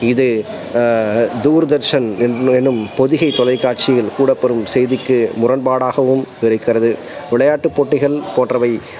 இது தூர்தர்ஷன் என் என்னும் பொதிகை தொலைக்காட்சியில் கூடப்பெறும் செய்திக்கு முரண்பாடாகவும் இருக்கிறது விளையாட்டுப் போட்டிகள் போன்றவை